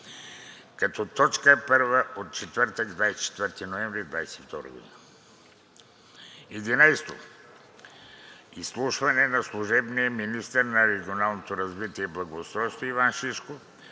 г. – точка първа за четвъртък, 24 ноември 2022 г. 11. Изслушване на служебния министър на регионалното развитие и благоустройството Иван Шишков